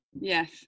yes